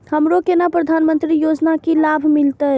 हमरो केना प्रधानमंत्री योजना की लाभ मिलते?